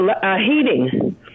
Heating